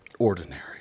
ordinary